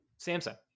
Samsung